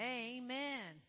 amen